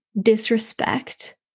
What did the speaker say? disrespect